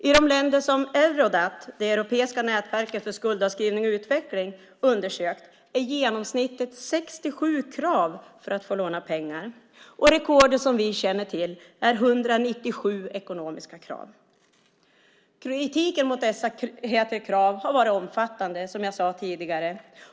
I de länder som Eurodad, det europeiska nätverket för skuldavskrivning och utveckling, undersökt är genomsnittet 67 krav för att få låna pengar. Rekordet som vi känner till är 197 ekonomiska krav. Kritiken mot dessa krav har varit omfattande, som jag sade tidigare.